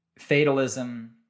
fatalism